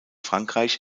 frankreich